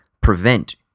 prevent